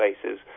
places